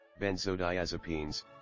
Benzodiazepines